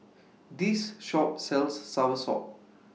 This Shop sells Soursop